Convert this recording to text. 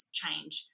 change